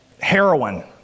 heroin